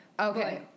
Okay